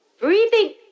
breathing